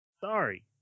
Sorry